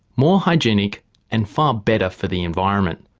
more hygienic and far better for the environment.